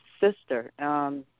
sister